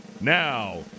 Now